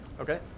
Okay